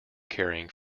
carrying